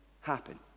happen